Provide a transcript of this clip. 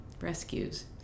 Rescues